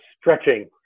stretching